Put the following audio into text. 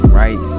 right